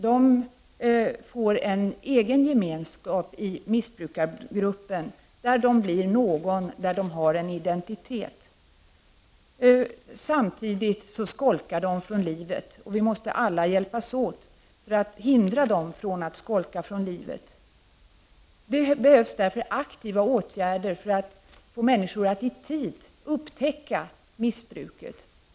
De får en egen gemenskap med missbrukargruppen, där de blir någon och får en identitet. Samtidigt skolkar de från livet, och vi måste alla hjälpas åt för att hindra dem från att göra det. Det behövs därför aktiva åtgärder för att få människor att i tid upptäcka missbruket.